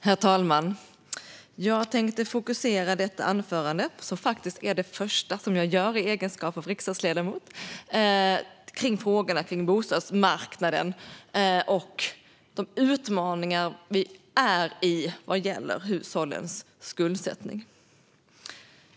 Herr talman! Jag tänkte fokusera detta anförande, som faktiskt är mitt första i egenskap av riksdagsledamot, på frågorna om bostadsmarknaden och de utmaningar vi har vad gäller hushållens skuldsättning.